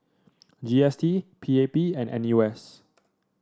G S T P A P and N U S